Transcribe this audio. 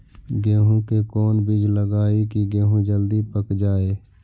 गेंहू के कोन बिज लगाई कि गेहूं जल्दी पक जाए?